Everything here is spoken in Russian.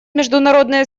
международные